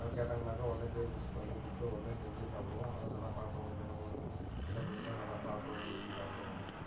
யாராவது கேட்டாங்கன்னாக்க உடனே போய் பிடிச்சிட்டு வந்து கொடுத்து உடனே செஞ்சு சாப்பிடுவோம் அது நல்லா சாப்பிடுவாங்க சின்ன குழந்தைங்க சின்ன பிள்ளைகளும் நல்லா சாப்பிடுவாங்க விரும்பி சாப்பிடுவாங்க